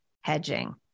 hedging